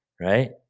right